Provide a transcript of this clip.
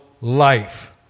life